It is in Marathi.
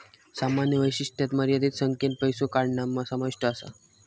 सामान्य वैशिष्ट्यांत मर्यादित संख्येन पैसो काढणा समाविष्ट असा